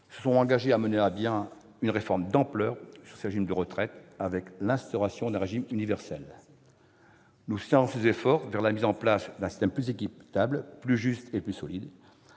de Jean-Paul Delevoye, une réforme d'ampleur de ces régimes de retraite, avec l'instauration d'un régime universel. Nous saluons ces efforts en vue de la mise en place d'un système plus équitable, plus juste et plus solide.